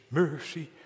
mercy